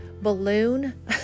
balloon